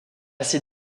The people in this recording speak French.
ses